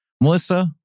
Melissa